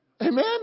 Amen